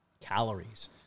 calories